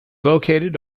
located